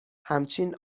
همچین